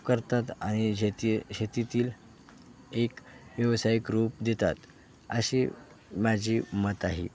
करतात आणि शेती शेतीतील एक व्यावसायिक रूप देतात असे माझे मत आहे